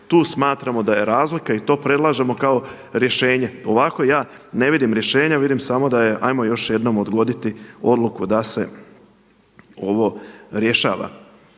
tu smatramo da je razlika i to predlažemo kao rješenje. Ovako ja ne vidim rješenje, vidim samo da je ajmo samo još jednom odgoditi odluku da se ovo rješava.